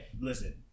Listen